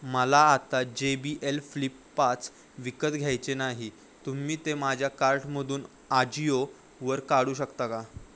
मला आता J B L Flip पाच विकत घ्यायचे नाही तुम्ही ते माझ्या कार्टमधून आजिओवर काढू शकता का